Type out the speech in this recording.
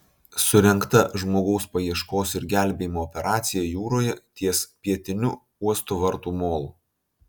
surengta žmogaus paieškos ir gelbėjimo operacija jūroje ties pietiniu uosto vartų molu